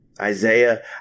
Isaiah